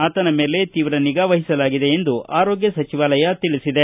ಆತನ ಮೇಲೆ ತೀವ್ರ ನಿಗಾವಹಿಸಲಾಗಿದೆ ಎಂದು ಆರೋಗ್ಯ ಸಚಿವಾಲಯ ತಿಳಿಸಿದೆ